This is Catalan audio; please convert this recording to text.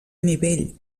nivell